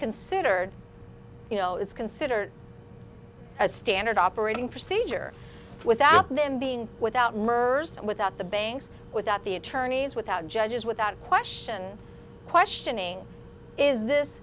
considered you know it's considered a standard operating procedure without them being without mercy and without the banks without the attorneys without judges without question questioning is this